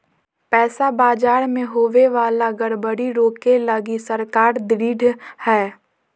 पैसा बाजार मे होवे वाला गड़बड़ी रोके लगी सरकार ढृढ़ हय